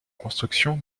construction